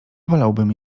wolałbym